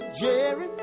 Jerry